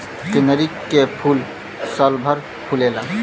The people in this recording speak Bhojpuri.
कनेरी के फूल सालभर फुलेला